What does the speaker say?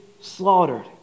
slaughtered